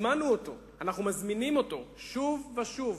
הזמנו אותו, אנחנו מזמינים אותו שוב ושוב